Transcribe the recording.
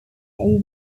area